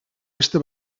beste